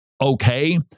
Okay